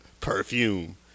perfume